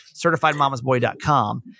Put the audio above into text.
CertifiedMamasBoy.com